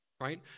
right